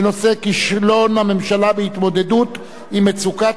בנושא: כישלון הממשלה בהתמודדות עם מצוקת